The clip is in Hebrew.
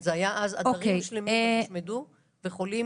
זה גם נכון בארצות-הברית ובכל מקום אחר.